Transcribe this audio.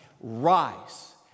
rise